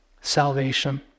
Salvation